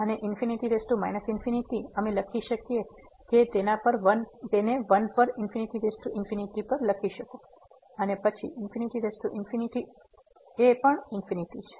અને ∞ અમે લખી શકીએ છીએ કે તેને 1 પર પર લખો અને પછી ∞ છે